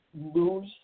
lose